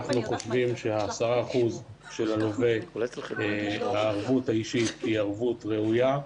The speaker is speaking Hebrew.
אנחנו חושבים ש- 10% של הלווה לערבות האישית היא ערבות ראויה.